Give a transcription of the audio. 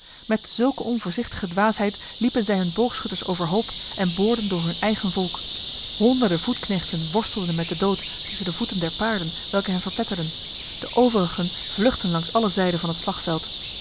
met zulke onvoorzichtige dwaasheid liepen zij hun boogschutters overhoop en boorden door hun eigen volk honderden voetknechten worstelden met de dood tussen de voeten der paarden welke hen verpletterden de overigen vluchtten langs alle zijden van het slagveld